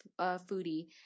Foodie